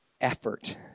effort